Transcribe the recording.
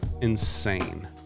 insane